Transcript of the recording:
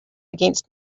against